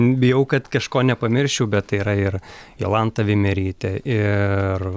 bijau kad kažko nepamirščiau bet tai yra ir jolanta veimerytė ir